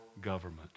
government